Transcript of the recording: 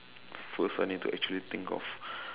first I need to actually think of